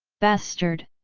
bastard!